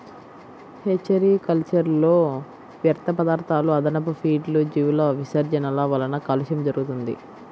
hatchery కల్చర్లో వ్యర్థపదార్థాలు, అదనపు ఫీడ్లు, జీవుల విసర్జనల వలన కాలుష్యం జరుగుతుంది